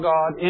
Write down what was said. God